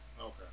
Okay